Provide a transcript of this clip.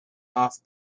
off